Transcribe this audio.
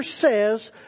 says